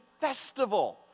festival